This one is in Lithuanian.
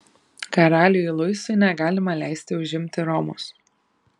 karaliui luisui negalima leisti užimti romos